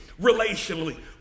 relationally